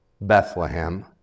Bethlehem